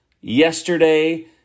Yesterday